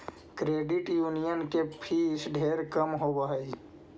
credit union के fees ढेर कम होब हई